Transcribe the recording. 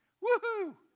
Woo-hoo